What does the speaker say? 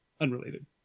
unrelated